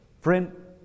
friend